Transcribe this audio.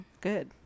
Good